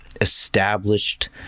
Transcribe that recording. established